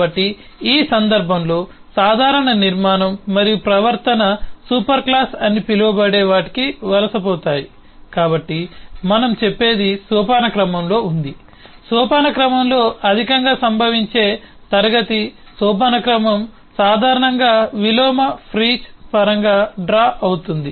కాబట్టి ఈ సందర్భంలో సాధారణ నిర్మాణం మరియు ప్రవర్తన సూపర్ క్లాస్ అని పిలువబడే వాటికి వలసపోతాయి కాబట్టి మనం చెప్పేది సోపానక్రమంలో ఉంది సోపానక్రమంలో అధికంగా సంభవించే క్లాస్ సోపానక్రమం సాధారణంగా విలోమ ఫ్రీజ్ పరంగా డ్రా అవుతుంది